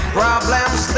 problems